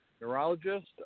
neurologist